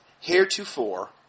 heretofore